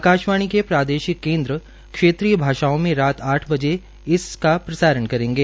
आकाशवाणी के प्रादेशिक केन्द्र क्षेत्रीय भाषाओं में रात आठ बजे इसका प्रसारण करेंगे